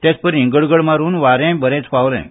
तेचपरी गडगड मारून वारेंय बरेंच व्हावलें